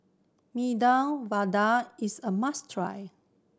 Medu Vada is a must try